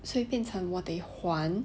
所以变成我得还